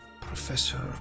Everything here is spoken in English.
Professor